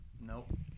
Nope